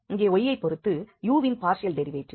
இங்கே y ஐப் பொறுத்து u வின் பார்ஷியல் டெரிவேட்டிவ்